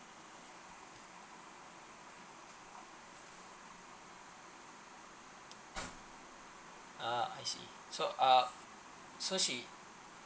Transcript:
ah I see so uh so she